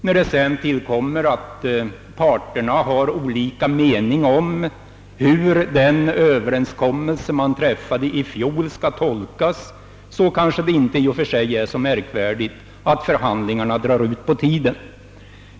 När det sedan tillkommer att parterna har olika mening om hur den överenskommelse man träffade i fjol skall tolkas, så är det kanske inte i och för sig så märkvärdigt att förhandlingarna drar ut på tiden.